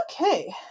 Okay